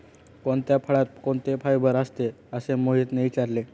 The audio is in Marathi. कोणत्या फळात कोणते फायबर असते? असे मोहितने विचारले